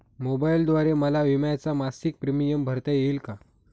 मोबाईलद्वारे मला विम्याचा मासिक प्रीमियम भरता येईल का?